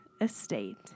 Estate